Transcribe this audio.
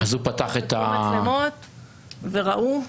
פתחו את המצלמות וראו.